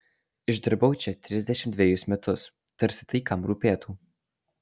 išdirbau čia trisdešimt dvejus metus tarsi tai kam rūpėtų